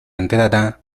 entrada